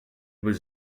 was